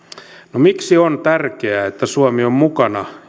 no miksi on tärkeää että suomi on mukana